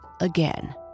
again